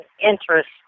interest